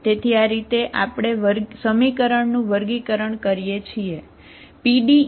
તેથી આ રીતે આપણે સમીકરણનું વર્ગીકરણ કરીએ છીએ બરાબર